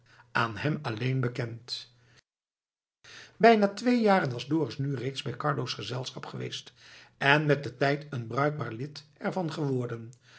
aan hem alleen bekend bijna twee jaren was dorus nu reeds bij carlo's gezelschap geweest en met den tijd een bruikbaar lid er van geworden